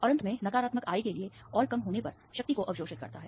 और अंत में नकारात्मक I के लिए और कम होने पर शक्ति को अवशोषित करता है